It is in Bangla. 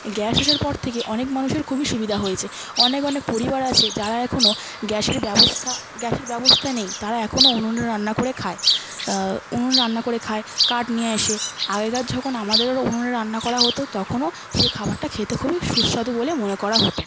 এই গ্যাস আসার পর থেকে অনেক মানুষের খুবই সুবিধা হয়েছে অনেক অনেক পরিবার আছে যারা এখনও গ্যাসের ব্যবস্থা গ্যাসের ব্যবস্থা নেই তারা এখনও উনুনে রান্না করে খায় উনুনে রান্না করে খায় কাঠ নিয়ে আসে আগেকার যখন আমাদেরও উনুনে রান্না করা হতো তখনও সেই খাবারটা খেতে খুবই সুস্বাদু বলে মনে করা হতো